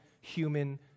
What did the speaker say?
human